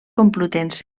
complutense